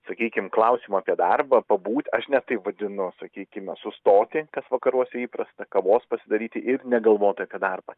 sakykim klausimo apie darbą pabūt aš net tai vadinu sakykime sustoti kas vakaruose įprasta kavos pasidaryti ir negalvot apie darbą